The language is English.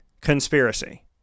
conspiracy